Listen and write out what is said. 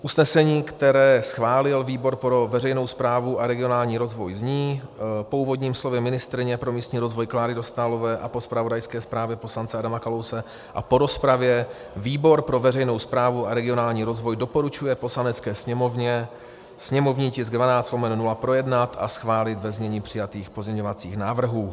Usnesení, které schválil výbor pro veřejnou správu a regionální rozvoj, zní: Po úvodním slově ministryně pro místní rozvoj Kláry Dostálové a po zpravodajské zprávě poslance Adama Kalouse a po rozpravě výbor pro veřejnou správu a regionální rozvoj doporučuje Poslanecké sněmovně sněmovní tisk 12/0 projednat a schválit ve znění přijatých pozměňovacích návrhů.